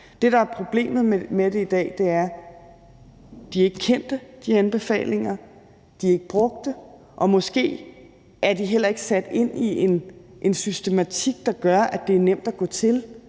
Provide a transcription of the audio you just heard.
Det, der er problemet med det i dag, er, at de anbefalinger ikke er kendte, at de er ikke brugte, og måske er de heller ikke sat ind i en systematik, der gør, at det er nemt at gå til.